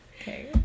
Okay